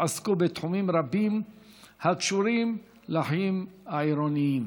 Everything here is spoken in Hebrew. עסקו בתחומים רבים הקשורים לחיים העירוניים: